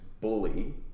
bully